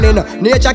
Nature